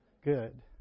good